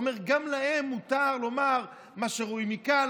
אומר: גם להם מותר לומר: מה שרואים מכאן,